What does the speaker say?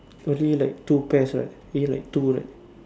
only like two pairs right only like two right